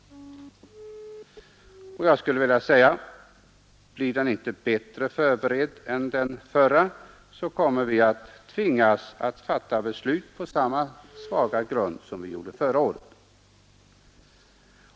Jag skulle vilja säga att om den propositionen inte blir bättre förberedd än den förra, kommer vi att tvingas att fatta beslut på samma svaga grund som vi gjorde förra året.